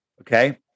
okay